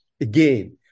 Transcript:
again